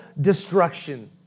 destruction